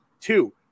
two